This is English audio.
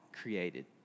created